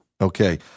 Okay